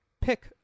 Pick